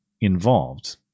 involved